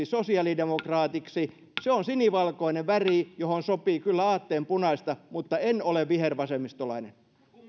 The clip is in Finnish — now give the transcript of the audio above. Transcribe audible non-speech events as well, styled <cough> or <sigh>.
<unintelligible> sosiaalidemokraatiksi se on sinivalkoinen väri johon sopii kyllä aatteen punaista mutta en ole vihervasemmistolainen